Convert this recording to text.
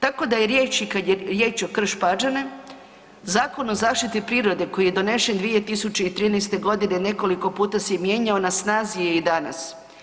Tako da je riječ i kad je riječ o Krš-Pađene Zakon o zaštiti prirode koji je donesen 2013.g. nekoliko puta se i mijenjao, na snazi je i danas.